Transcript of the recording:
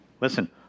Listen